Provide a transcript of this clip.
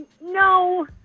No